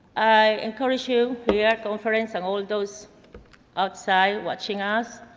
i encourage you here at conference and all of those outside watching us,